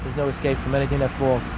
no escape from anything that falls.